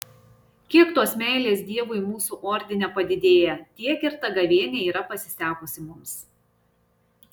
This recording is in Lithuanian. kiek tos meilės dievui mūsų ordine padidėja tiek ir ta gavėnia yra pasisekusi mums